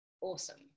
awesome